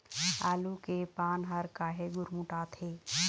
आलू के पान हर काहे गुरमुटाथे?